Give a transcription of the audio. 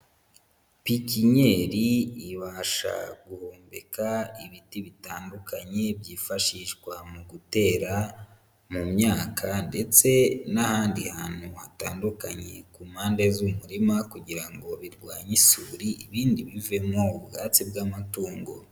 Pikinyeri ibasha guhumbika ibiti bitandukanye, byifashishwa mu gutera mu myaka ndetse n'ahandi hantu hatandukanye ku mpande z'umurima kugira ngo birwanye isuri, ibindi bivemo ubwatsi bw'amatungo.